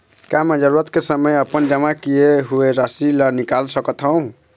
का मैं जरूरत के समय अपन जमा किए हुए राशि ला निकाल सकत हव?